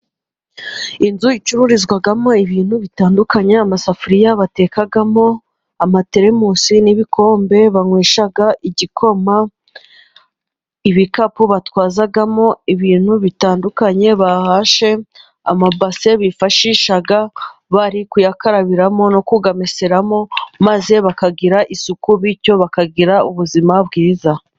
inzu icururizwamo ibintu bitandukanye, amasafuriya batekamo, amatelemusi, n'ibikombe banywesha igikoma, ibikapu batwazamo ibintu bitandukanye, amabase, bifashisha bari kuyakarabiramo no kuyameseramo, maze bakagira isuku, bityo bakagira ubuzima bwiza.